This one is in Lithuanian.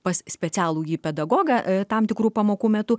pas specialųjį pedagogą e tam tikrų pamokų metu